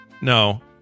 No